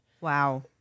Wow